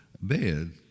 bed